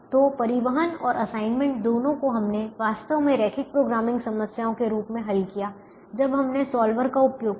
तो परिवहन और असाइनमेंट दोनों को हमने वास्तव में रैखिक प्रोग्रामिंग समस्याओं के रूप में हल किया है जब हमने सॉल्वर का उपयोग किया